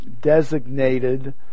designated